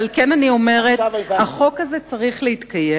ועל כן אני אומרת: החוק הזה צריך להתקיים,